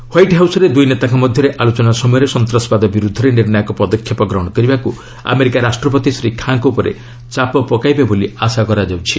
white ହାଉସ୍ରେ ଦୁଇ ନେତାଙ୍କ ମଧ୍ୟରେ ଆଲୋଚନା ସମୟରେ ସନ୍ତାସବାଦ ବିରୁଦ୍ଧରେ ନିର୍ଣ୍ଣାୟକ ପଦକ୍ଷେପ ଗ୍ରହଣ କରିବାକୁ ଆମେରିକା ରାଷ୍ଟ୍ରପତି ଶ୍ରୀ ଖାଁଙ୍କ ଉପରେ ଚାପ ପକାଇବେ ବୋଲି ଆଶା କରାଯାଉଛି